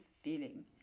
feeling